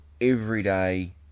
everyday